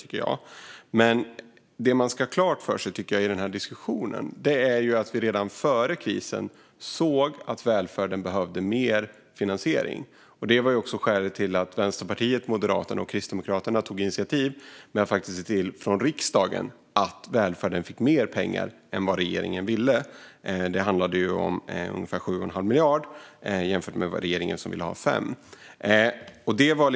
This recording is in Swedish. Det som man emellertid ska ha klart för sig i denna situation är att vi redan före krisen såg att välfärden behövde mer finansiering. Det var också skälet till att Vänsterpartiet, Moderaterna och Kristdemokraterna tog initiativ i riksdagen för att se till att välfärden fick mer pengar än vad regeringen ville tillföra. Det handlade om ungefär 7 1⁄2 miljard kronor, vilket kan jämföras med regeringens 5 miljarder kronor.